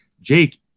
Jake